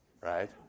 right